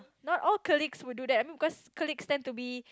not all colleagues will do that because colleagues turn to be